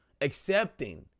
accepting